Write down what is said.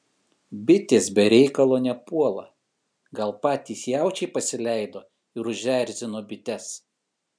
bitės be reikalo nepuola gal patys jaučiai pasileido ir užerzino bites